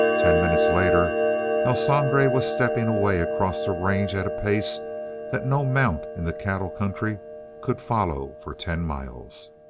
ten minutes later el sangre was stepping away across the range at a pace that no mount in the cattle country could follow for ten miles.